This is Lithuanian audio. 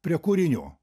prie kūrinių